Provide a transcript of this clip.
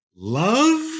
Love